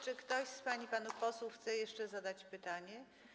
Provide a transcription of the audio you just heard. Czy ktoś z pań i panów posłów chce jeszcze zadać pytanie?